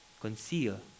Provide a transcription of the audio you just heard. conceal